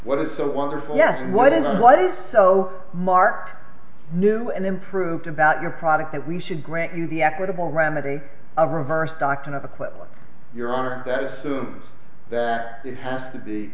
what is so wonderful yes what is what is so mart new and improved about your product that we should grant you the equitable remedy of reverse dr mcclelland your honor that assumes that it has to be